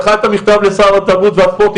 היא שלחה את המכתב לשר התרבות והספורט,